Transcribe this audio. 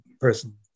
person